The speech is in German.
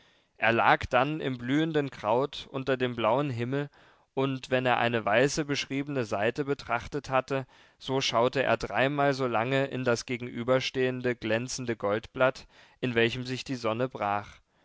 er lag dann im blühenden kraut unter dem blauen himmel und wenn er eine weiße beschriebene seite betrachtet hatte so schaute er dreimal so lange in das gegenüberstehende glänzende goldblatt in welchem sich die sonne brach